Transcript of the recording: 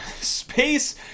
space